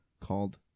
called